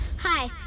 Hi